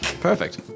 Perfect